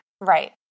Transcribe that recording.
Right